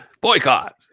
boycott